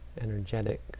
energetic